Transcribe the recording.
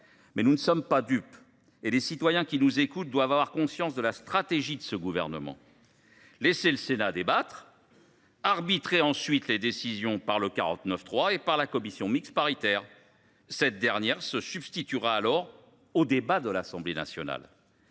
Mais nous ne sommes pas dupes, et les citoyens qui nous écoutent doivent avoir conscience de la stratégie de ce gouvernement : laisser le Sénat débattre et arbitrer ensuite les décisions au moyen du 49.3 et de la commission mixte paritaire, cette dernière se substituant au débat de l’Assemblée nationale.